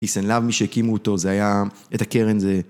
פיס אנד לאב מי שהקימו אותו זה היה... את הקרן זה...